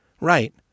Right